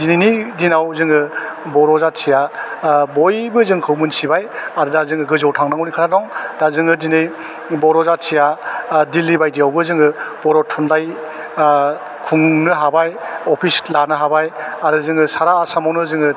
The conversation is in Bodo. दिनैनि दिनाव जोङो बर' जाथिया बयबो जोंखौ मिथिबाय आरो दा जोङो गोजौआव थांनांगौनि खोथा दं दा जोङो दिनै बर' जाथिया दिल्ली बायदियावबो जोङो बर' थुनलाइ खुंनो हाबाय अफिस लानो हाबाय आरो जोङो सारा आसामावनो जोङो